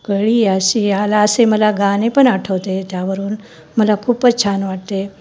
कळीयासी आला असे मला गाणे पण आठवते त्यावरून मला खूपच छान वाटते